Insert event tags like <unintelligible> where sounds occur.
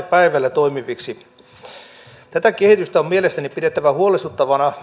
<unintelligible> päivällä toimiviksi tätä kehitystä on mielestäni pidettävänä huolestuttavana <unintelligible>